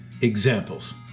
examples